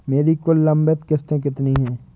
मेरी कुल लंबित किश्तों कितनी हैं?